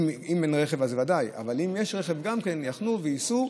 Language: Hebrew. אם אין רכב, אז ודאי, אבל אם יש רכב, יחנו וייסעו.